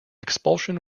expulsion